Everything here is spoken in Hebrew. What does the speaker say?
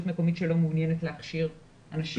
מקומית שלא מעוניינת להכשיר אנשים.